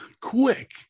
Quick